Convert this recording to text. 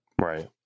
Right